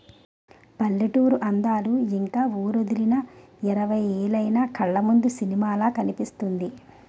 పల్లెటూరి అందాలు ఇంక వూరొదిలి ఇరవై ఏలైన కళ్లముందు సినిమాలా కనిపిస్తుంది